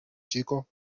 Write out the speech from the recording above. chico